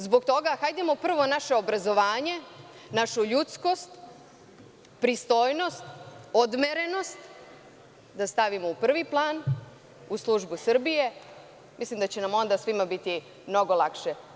Zbog toga, hajdemo prvo naše obrazovanje, našu ljudskost, pristojnost, odmerenost da stavimo u prvi plan, u službu Srbije, mislim da će nam onda biti mnogo lakše.